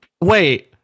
wait